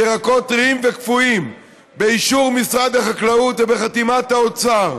של ירקות טריים וקפואים באישור משרד החקלאות ובחתימת האוצר,